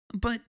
But